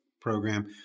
program